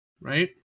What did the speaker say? right